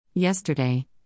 yesterday